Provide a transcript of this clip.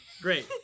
Great